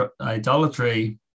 idolatry